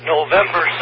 November